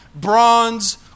bronze